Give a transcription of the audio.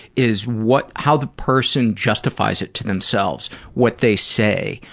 is what how the person justifies it to themselves. what they say.